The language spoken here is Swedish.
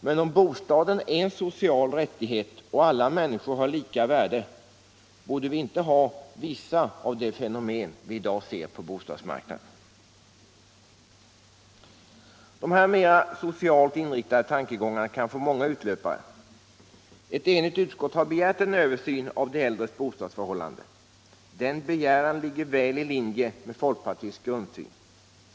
Men om bostaden är en social rättighet och alla människor har lika värde, så borde vi inte ha vissa av de fenomen som vi i dag ser på bostadsmarknaden. Dessa mera socialt inriktade tankegångar kan få många utlöpare. Ett enigt utskott har begärt en översyn av de äldres boendeförhållanden. Denna begäran ligger väl i linje med folkpartiets grundsyn.